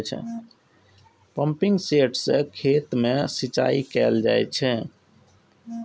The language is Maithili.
पंपिंग सेट सं खेत मे सिंचाई कैल जाइ छै